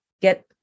get